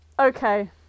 Okay